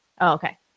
Okay